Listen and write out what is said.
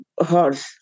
horse